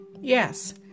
Yes